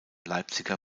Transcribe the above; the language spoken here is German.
leipziger